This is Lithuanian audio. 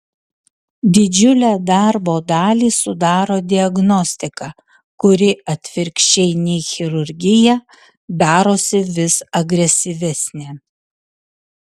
didžiulę darbo dalį sudaro diagnostika kuri atvirkščiai nei chirurgija darosi vis agresyvesnė